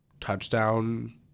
touchdown